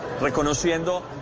Reconociendo